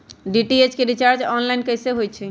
DTH के recharge online कैसे होईछई?